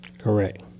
Correct